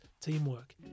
teamwork